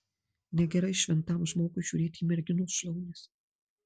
negerai šventam žmogui žiūrėti į merginos šlaunis